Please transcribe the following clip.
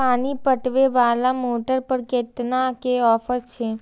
पानी पटवेवाला मोटर पर केतना के ऑफर छे?